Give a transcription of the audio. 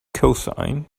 cosine